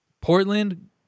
Portland